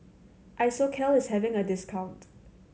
Isocal is having a discount